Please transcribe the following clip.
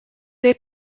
they